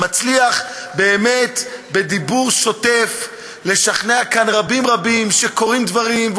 מצליח באמת בדיבור שוטף לשכנע כאן רבים רבים שקורים דברים,